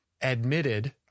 admitted